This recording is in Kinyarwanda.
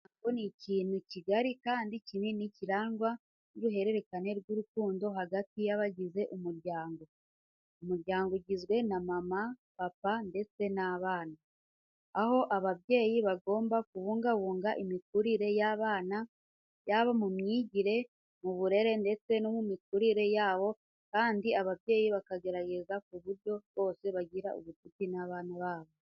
Umuryango ni ikintu kigari kandi kinini kirangwa n'uruhererekane rw'urukundo hagati yabagize umuryango. Umuryango ugizwe na mama, papa ndetse n'abana, aho ababyeyi bagomba kubungabunga imikurire y'abana yaba mu myigire, mu burere ndetse no mu mikurire yabo kandi ababyeyi bakagerageza uburyo bwose bagirana ubucuti n'abana babo.